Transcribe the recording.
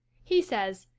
he says,